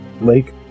Lake